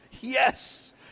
yes